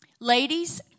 ladies